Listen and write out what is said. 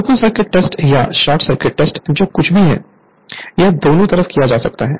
open circuit test या short circuit test जो कुछ भी है यह दोनों तरफ किया जा सकता है